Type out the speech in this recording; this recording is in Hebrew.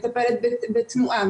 מטפלת בתנועה,